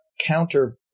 counter